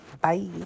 Bye